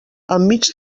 enmig